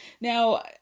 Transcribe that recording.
Now